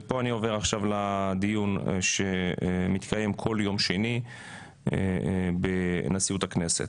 ופה אני עובר לדיון שמתקיים כול יום שני בנשיאות הכנסת: